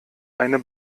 eine